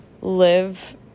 live